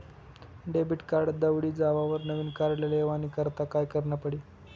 Debit card दवडी जावावर नविन कार्ड लेवानी करता काय करनं पडी?